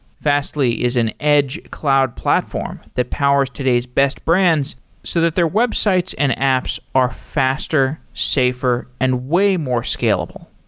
fastly is an edge cloud platform that powers today's best brands so that their websites and apps are faster, safer and way more scalable.